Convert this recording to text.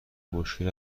مشکل